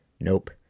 Nope